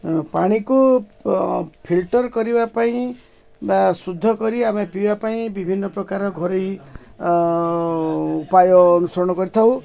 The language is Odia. ପାଣିକୁ ଫିଲ୍ଟର କରିବା ପାଇଁ ବା ଶୁଦ୍ଧ କରି ଆମେ ପିଇବା ପାଇଁ ବିଭିନ୍ନ ପ୍ରକାର ଘରୋଇ ଉପାୟ ଅନୁସରଣ କରିଥାଉ